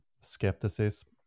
skepticism